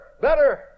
better